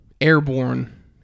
Airborne